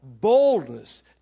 boldness